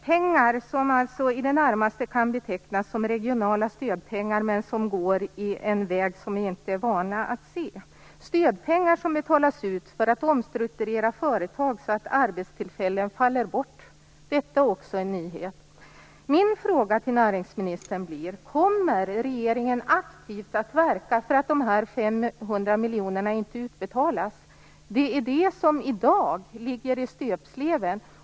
Det är pengar som i det närmaste kan betecknas som regionala stödpengar, men som går en väg som vi inte är vana vid att se - stödpengar som betalas ut för att omstrukturera företag så att arbetstillfällen faller bort. Detta är också en nyhet! Min fråga till näringsministern blir: Kommer regeringen aktivt att verka för att här 500 miljonerna inte utbetalas? Det är det som i dag ligger i stöpsleven.